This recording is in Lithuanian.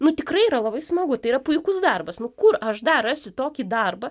nu tikrai yra labai smagu tai yra puikus darbas nu kur aš dar rasiu tokį darbą